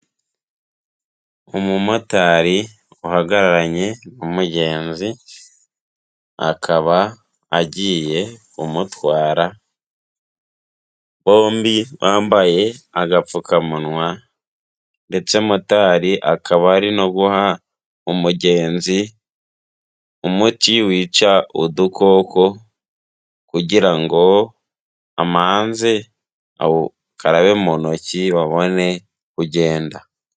Umumotari uhagararanye n'umugenzi akaba agiye kumutwara bombi bambaye agapfukamunwa, ndetse motari akaba ari no guha umugenzi umuti wica udukoko kugira ngo amanze awukarabe mu ntoki babone kugenda.